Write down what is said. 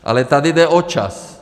Ale tady jde o čas.